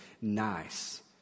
nice